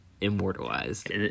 immortalized